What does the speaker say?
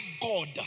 God